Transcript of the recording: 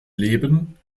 leben